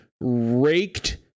raked